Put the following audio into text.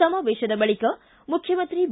ಸಮಾವೇಶದ ಬಳಿಕ ಮುಖ್ಯಮಂತ್ರಿ ಬಿ